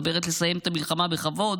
אני מדברת על לסיים את המלחמה בכבוד,